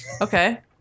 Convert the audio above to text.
Okay